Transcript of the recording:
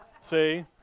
See